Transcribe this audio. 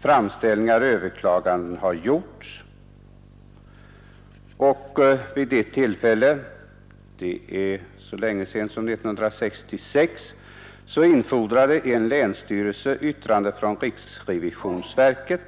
Framställningar och överklaganden har gjorts och vid ett tillfälle — det är så länge sedan som 1966 — infordrade en länsstyrelse yttrande från riksrevisionsverket.